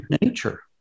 nature